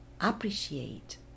appreciate